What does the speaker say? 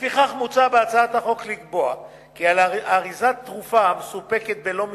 לפיכך מוצע בהצעת החוק לקבוע כי על אריזת תרופה המסופקת בלא מרשם,